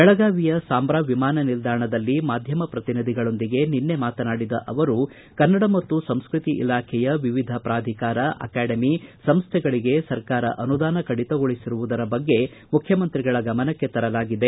ಬೆಳಗಾವಿಯ ಸಾಂಬ್ರಾ ವಿಮಾನ ನಿಲ್ದಾಣದಲ್ಲಿ ಮಾಧ್ಯಮ ಪ್ರತಿನಿಧಿಗಳೊಂದಿಗೆ ನಿನ್ನೆ ಮಾತನಾಡಿದ ಅವರು ಕನ್ನಡ ಮತ್ತು ಸಂಸ್ಕತಿ ಇಲಾಖೆಯ ವಿವಿಧ ಪ್ರಾಧಿಕಾರ ಅಕಾಡೆಮಿ ಸಂಸ್ಥೆಗಳಿಗೆ ಸರ್ಕಾರ ಅನುದಾನ ಕಡಿತಗೊಳಿಸುವುದರ ಬಗ್ಗೆ ಮುಖ್ಯಮಂತ್ರಿಗಳ ಗಮನಕ್ಕೆ ತರಲಾಗಿದೆ